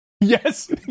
Yes